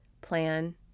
plan